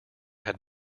had